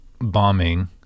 bombing